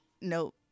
Nope